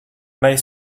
maille